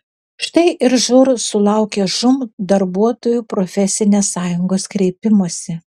štai ir žūr sulaukė žūm darbuotojų profesinės sąjungos kreipimosi